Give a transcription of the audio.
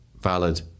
valid